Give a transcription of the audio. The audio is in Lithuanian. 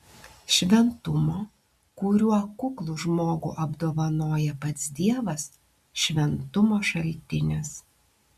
šventumo kuriuo kuklų žmogų apdovanoja pats dievas šventumo šaltinis